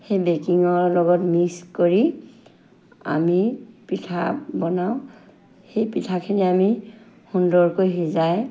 সেই বেকিঙৰ লগত মিক্স কৰি আমি পিঠা বনাওঁ সেই পিঠাখিনি আমি সুন্দৰকৈ সিজাই